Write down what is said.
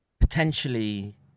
potentially